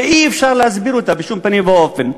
שאי-אפשר להסביר אותה בשום פנים ואופן.